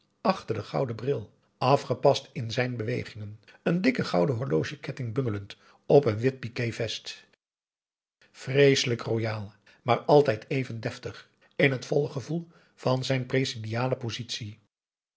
achter den gouden bril afgepast in zijn bewegingen een dikke gouden horlogeketting bungelend op een wit piqué vest vreeselijk royaal maar altijd even deftig in het volle gevoel van zijn